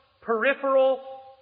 peripheral